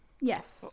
Yes